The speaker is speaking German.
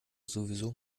sowieso